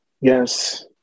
Yes